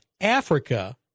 Africa